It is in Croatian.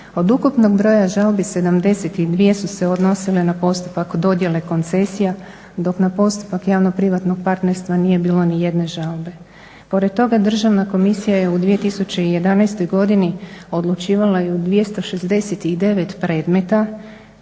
Od ukupnog broja žalbi 72 su se odnosile na postupak dodjele koncesija, dok na postupak javno-privatnog partnerstva nije bilo ni jedne žalbe. Pored toga državna komisija je u 2011. godini odlučivala i u 269 predmeta,